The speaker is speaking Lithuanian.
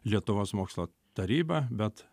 lietuvos mokslo taryba bet